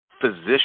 physician